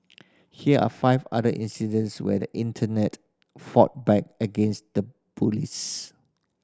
here are five other incidents where the Internet fought back against the bullies